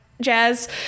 jazz